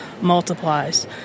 multiplies